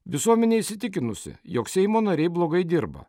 visuomenė įsitikinusi jog seimo nariai blogai dirba